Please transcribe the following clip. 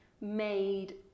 made